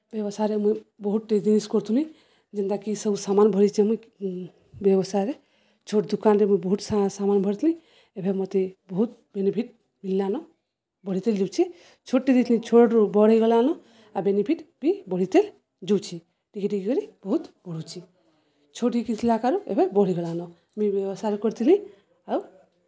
ବ୍ୟବସାୟରେ ମୁଇଁ ବହୁତ୍ଟେ ଜିନିଷ୍ କରୁଥିଲି ଯେନ୍ତାକି ସବୁ ସମାନ୍ ଭରିିଚେ ମୁଇଁ ବ୍ୟବସାୟରେ ଛୋଟ୍ ଦୁକାନ୍ରେ ମୁଇଁ ବହୁତ୍ ସମାନ୍ ଭରିଥିଲି ଏବେ ମତେ ବହୁତ୍ ବେନିଫିଟ୍ ମିଲ୍ଲାନ ବଢ଼ିତେଲ୍ ଯାଉଛେ ଛୋଟ୍ଟେ ଦେଇଥିଲି ଛୋଟ୍ରୁ ବଡ଼୍ ହେଇଗଲାନ ଆଉ ବେନିଫିଟ୍ ବି ବଢ଼ିତେଲ୍ ଯୋଉଛେ ଟିକେ ଟିକେ କରି ବହୁତ୍ ବଢ଼ୁଛେ ଛୋଟ୍ ହେଇକିଥିଲା ଆଗ୍ରୁ ଏବେ ବଢ଼ିଗଲାନ ମୁଇଁ ବ୍ୟବସାୟ କରିଥିଲି ଆଉ